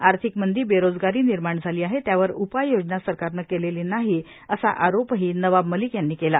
आर्थिक मंदी बेरोजगारी निर्माण झाली आहे त्यावर उपाययोजना सरकारने केलेली नाही असा आरोपही नवाब मलिक यांनी केला